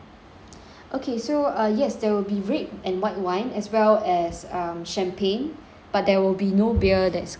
okay so uh yes there will be red and white wine as well as um champagne but there will be no beer that's going to be served